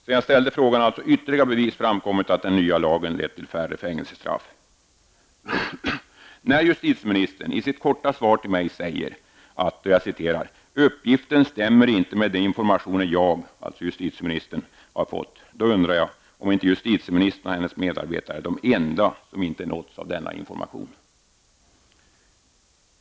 Sedan jag ställde frågan har alltså ytterligare bevis framkommit att den nya lagen lett till färre fängelsestraff. Justitieministern säger i sitt korta svar till mig: ''Uppgiften stämmer inte med de informationer som jag har fått.'' Då undrar jag om inte justitieministern och hennes medarbetare är de enda som inte nåtts av denna information.